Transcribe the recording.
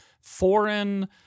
foreign